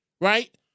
Right